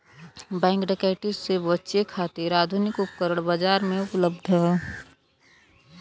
bank डकैती से बचे खातिर आधुनिक उपकरण बाजार में उपलब्ध हौ